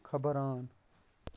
خَبر ان